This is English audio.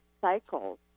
cycles